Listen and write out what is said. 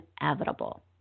inevitable